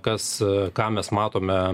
kas ką mes matome